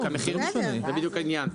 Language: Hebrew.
זה בדיוק העניין,